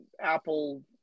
Apple